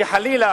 שחלילה